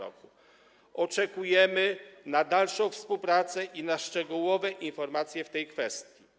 Oczekujemy na dalszą współpracę i na szczegółowe informacje w tej kwestii.